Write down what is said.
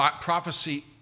Prophecy